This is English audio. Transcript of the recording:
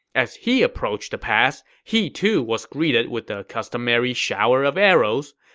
as he approached the pass, he too was greeted with the customary shower of arrows.